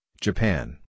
Japan